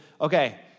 okay